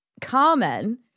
common